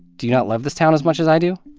do you not love this town as much as i do?